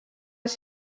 els